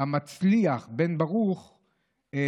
המצליח בן בן ברוך אומר,